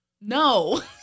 No